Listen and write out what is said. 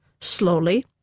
Slowly